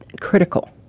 critical